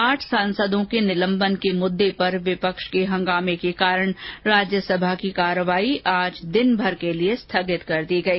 आठ सांसदों के निलंबन के मुद्दे पर विपक्ष के हंगामे के कारण राज्यसभा की कार्यवाही दिनभर के लिए स्थगित कर दी गई